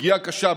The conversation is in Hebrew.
פגיעה קשה,